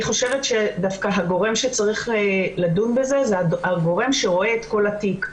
אני חושבת שהגורם שצריך לדון בזה הוא הגורם שרואה את כל התיק,